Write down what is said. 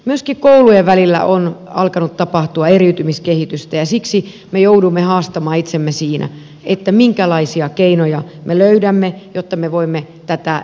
myöskin koulujen välillä on alkanut tapahtua eriytymiskehitystä ja siksi me joudumme haastamaan itsemme siinä minkälaisia keinoja me löydämme jotta me voimme tätä interventiota tehdä